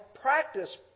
practice